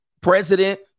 president